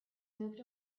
moved